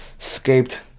escaped